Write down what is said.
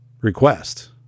request